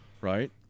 right